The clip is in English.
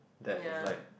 that is like